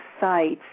sites